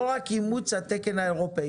לא רק אימוץ התקן האירופאי.